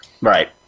Right